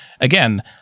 again